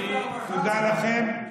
אני, תודה לכם.